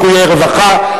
ניכויי רווחה),